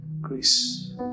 Grace